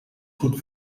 goed